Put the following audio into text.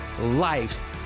life